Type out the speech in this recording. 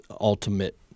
ultimate